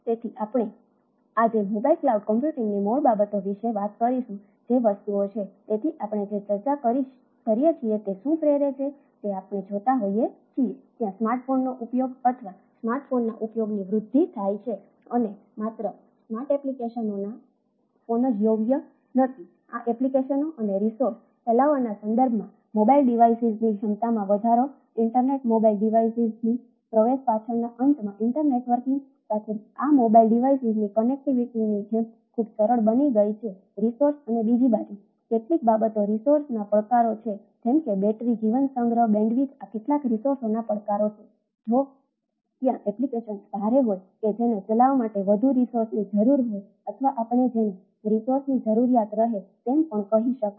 તેથી આજે આપણે મોબાઇલ જરૂરિયાત ચ્હે તેમ પણ કહી શકાય